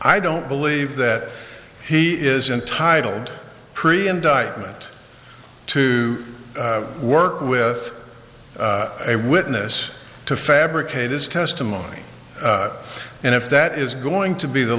i don't believe that he is entitled pre indictment to work with a witness to fabricate his testimony and if that is going to be the